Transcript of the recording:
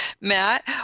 Matt